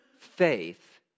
faith